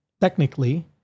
technically